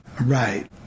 right